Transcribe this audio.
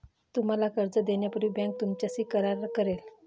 तुम्हाला कर्ज देण्यापूर्वी बँक तुमच्याशी करार करेल